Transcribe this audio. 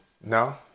no